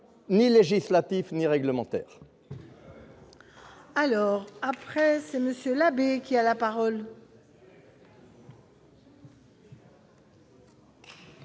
ni législatif ni réglementaire.